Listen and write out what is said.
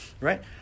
right